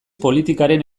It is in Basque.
politikaren